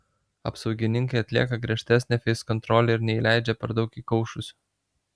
apsaugininkai atlieka griežtesnę feiskontrolę ir neįleidžia per daug įkaušusių